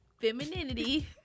femininity